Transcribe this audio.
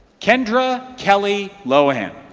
kendra kelly lohan.